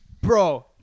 Bro